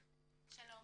שלום.